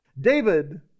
David